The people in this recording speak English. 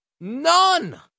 None